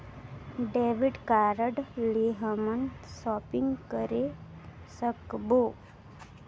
Debit card ले हमन shopping करे सकबो?